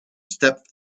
step